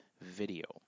video